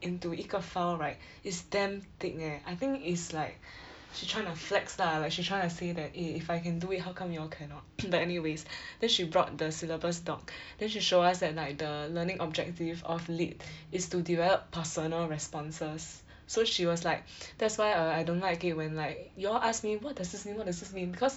into 一个 file right it's damn thick leh I think it's like she trying to flex lah like she trying to say that eh if I can do it how come y'all cannot but anyways then she brought the syllabus doc then she show us that like the learning objective of lit is to develop personal responses so she was like that's why err I don't like it when like y'all ask me what does this mean what does this mean because